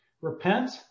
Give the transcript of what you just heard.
repent